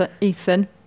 Ethan